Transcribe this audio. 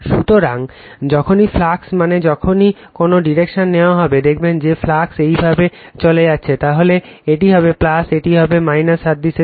সুতরাং যখনই ফ্লাক্স মানে যখনই কোন ডিরেকশনে নেওয়া হয় দেখবেন যে ফ্লাক্স এভাবে চলে যাচ্ছে তাহলে এটি হবে এটি হবে সাদৃশ্যের জন্য